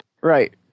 Right